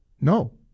No